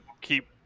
keep